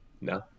No